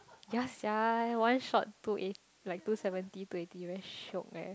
yea sia one shot two eight like two seventy two eighty very shiok eh